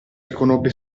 riconobbe